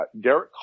Derek